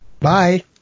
bye